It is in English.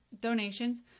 donations